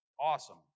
awesome